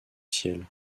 ciel